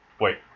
Wait